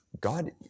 God